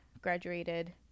graduated